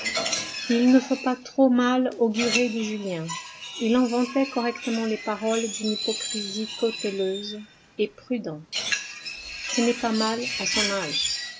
il ne faut pas trop mal augurer de julien il inventait correctement les paroles d'une hypocrisie cauteleuse et prudente ce n'est pas mal à son âge